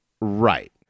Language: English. Right